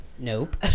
Nope